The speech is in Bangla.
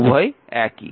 উভয়ই একই